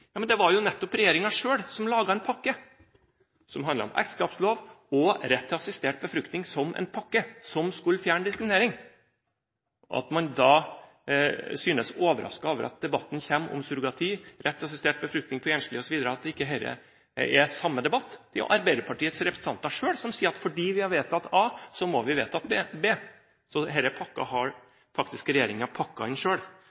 Men det var jo nettopp regjeringen selv som laget en pakke, som handlet om ekteskapslov og rett til assistert befruktning som en pakke, som skulle fjerne diskriminering. Man synes overrasket over at debatten kommer om surrogati og rett til assistert befruktning for enslige osv., og mener at ikke dette er samme debatt, men det er jo Arbeiderpartiets representanter selv som sier at fordi vi har vedtatt a, må vi vedta b. Så denne pakka har